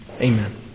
Amen